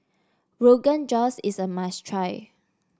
Rogan Josh is a must try